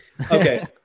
Okay